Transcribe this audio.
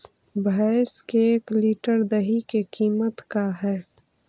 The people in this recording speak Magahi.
भैंस के एक लीटर दही के कीमत का है?